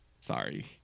Sorry